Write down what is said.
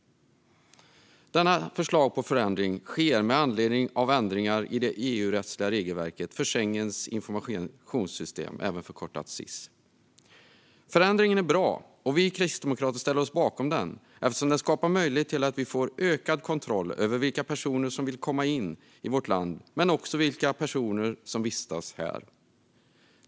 Detta förslag till förändring läggs fram med anledning av ändringar i det EU-rättsliga regelverket för Schengens informationssystem, SIS. Förändringen är bra, och vi kristdemokrater ställer oss bakom den eftersom den skapar möjlighet till att vi får ökad kontroll över vilka personer som vill komma in men också vilka personer som vistas här.